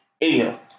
Anyhow